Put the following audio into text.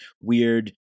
weird